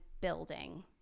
building